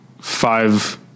five